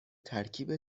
ترکیب